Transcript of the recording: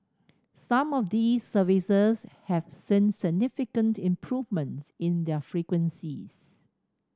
some of these services have seen significant improvements in their frequencies